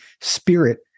spirit